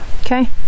Okay